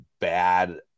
bad